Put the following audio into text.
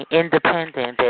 independent